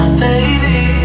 baby